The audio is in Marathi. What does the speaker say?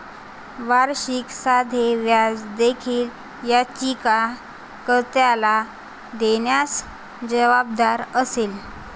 वार्षिक साधे व्याज देखील याचिका कर्त्याला देण्यास जबाबदार असेल